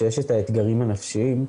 שיש את האתגרים הנפשיים,